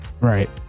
right